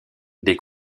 des